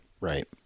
Right